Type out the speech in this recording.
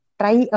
try